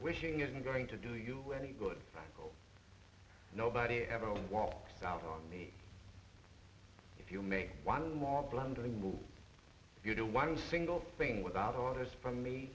wishing isn't going to do you any good nobody ever walked out on me if you made one of them all blundering will you do one single thing without orders from me